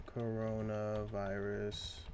coronavirus